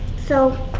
so,